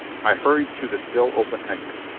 i hurried to the still open exit.